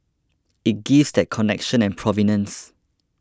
it gives that connection and provenance